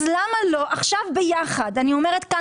למה לא עכשיו ביחד אני אומרת כאן